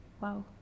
Wow